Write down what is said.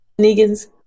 Negan's